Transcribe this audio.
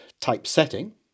typesetting